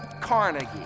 Carnegie